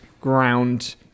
ground